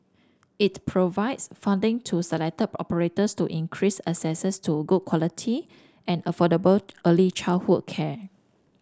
it provides funding to selected operators to increase to good quality and affordable early childhood care